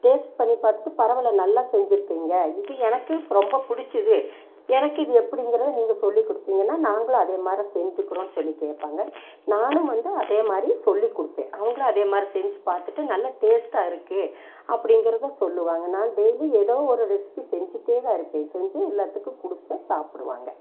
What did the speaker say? taste பண்ணி பார்த்துட்டு பரவாயில்ல நல்லா செஞ்சுருக்கிறீங்க இது எனக்கு ரொம்ப பிடிச்சிது எனக்கு இது எப்படிங்கிறத நீங்கள் சொல்லி கொடுத்தீங்கன்னா நாங்களும் அதே மாரி செஞ்சுக்கிறோம் சொல்லி கேட்பாங்க நானும் வந்து அதே மாதிரி சொல்லி கொடுப்பேன் அவங்களும் அதே மாதிரி செஞ்சு பார்த்துட்டு நல்லா டேஸ்ட்டாக இருக்குது அப்படிங்கிறதும் சொல்லுவாங்க நான் டெய்லி ஏதோ ஒரு ரெசிப்பி செஞ்சுட்டே தான் இருப்பேன் செஞ்சு எல்லாத்துக்கும் கொடுப்பேன் சாப்பிடுவாங்க